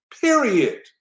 period